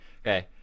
Okay